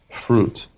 fruit